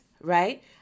right